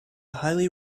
highly